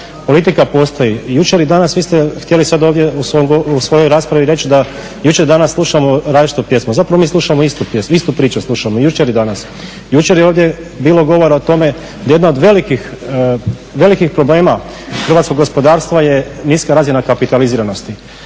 Politika postoji. Jučer i danas, vi ste htjeli sad ovdje u svojoj raspravi reći da jučer i danas slušamo različitu pjesmu. Zapravo mi istu pričamo slušamo jučer i danas. Jučer je ovdje bilo govora o tome da jedan od velikih problema hrvatskog gospodarstva je niska razina kapitaliziranosti.